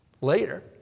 later